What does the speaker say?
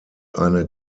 eine